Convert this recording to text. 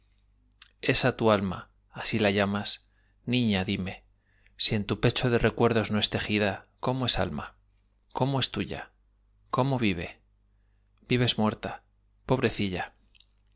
esa tu alma así la llamas niña díme si en tu pecho de recuerdos no es tejida cómo es alma cómo es tuya cómo vive vives muerta pobrecilla